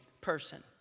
person